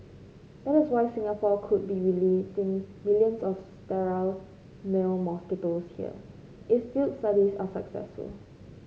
that is why Singapore could be releasing millions of sterile male mosquitoes here if field studies are successful